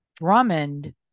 Drummond